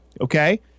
okay